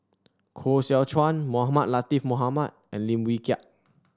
Koh Seow Chuan Mohamed Latiff Mohamed and Lim Wee Kiak